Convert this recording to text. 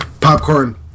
Popcorn